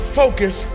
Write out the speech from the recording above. focus